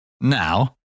Now